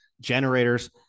Generators